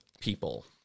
people